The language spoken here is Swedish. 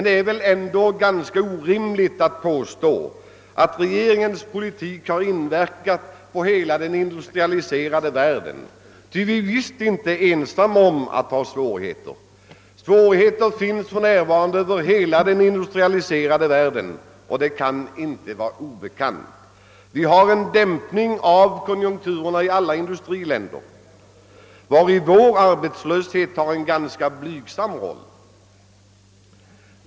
Det är väl ändå ganska orimligt att påstå att regeringens politik har inverkat på hela den industrialiserade världen, ty vi är visst inte ensamma om att ha svårigheter. Sådana finns för närvarande inom hela den industraliserade världen och det kan inte vara obekant. Alla industriländer får nu vidkännas en dämpning av konjunkturerna. Vår arbetslöshet har en ganska blygsam roll i detta sammanhang.